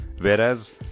whereas